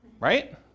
right